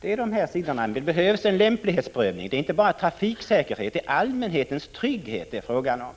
Det behövs en lämplighetsprövning. Det gäller inte bara trafiksäkerhet, det är allmänhetens trygghet det är fråga om.